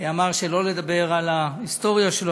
אמר שלא לדבר על ההיסטוריה שלו,